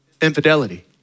Infidelity